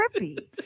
trippy